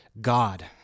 God